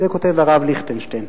את זה כותב הרב ליכטנשטיין.